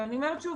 אני אומרת שוב,